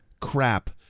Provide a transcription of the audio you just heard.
Crap